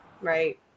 right